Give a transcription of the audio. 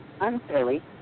unfairly